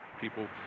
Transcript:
people